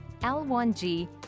L1G